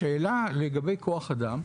שאלה לגבי כוח אדם,